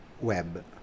web